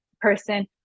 person